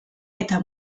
eta